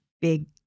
big